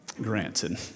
granted